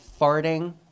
farting